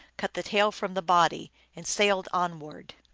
cut the tail from the body, and sailed onward.